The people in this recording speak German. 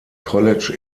college